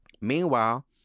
Meanwhile